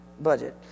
budget